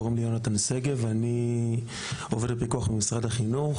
קוראים לי יהונתן שגב ואני עובד בפיקוח במשרד החינוך,